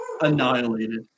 annihilated